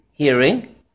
Hearing